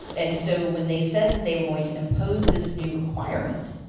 and so when they said that they were going to impose this new requirement,